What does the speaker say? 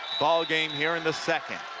ball game here in the second.